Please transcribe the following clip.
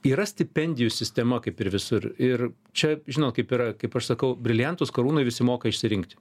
yra stipendijų sistema kaip ir visur ir čia žinot kaip yra kaip aš sakau briliantus karūnoj visi moka išsirinkti